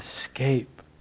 escape